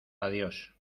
adiós